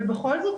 ובכל זאת,